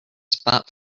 spot